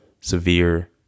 severe